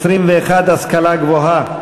21, השכלה גבוהה,